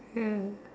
ya